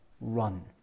run